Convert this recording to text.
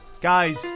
Guys